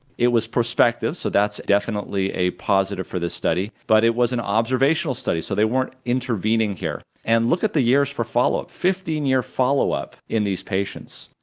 it was prospective, so that's definitely a positive for this study, but it was an observational study, so they weren't intervening here, and look at the years for follow-up fifteen year follow-up in these patients.